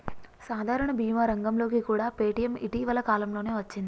సాధారణ భీమా రంగంలోకి కూడా పేటీఎం ఇటీవల కాలంలోనే వచ్చింది